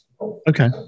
Okay